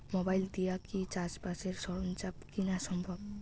Mobile দিয়া কি চাষবাসের সরঞ্জাম কিনা সম্ভব?